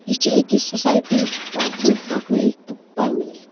یہِ چھِ أکِس سوسایٹی ہٮ۪کان برٛۄنٛہہ پکنٲیِتھ تہٕ پرنٲیِتھ